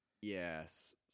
Yes